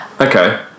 okay